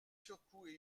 surcoûts